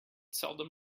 seldom